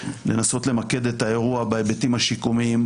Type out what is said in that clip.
לנסות למקד את האירוע בהיבטים השיקומיים,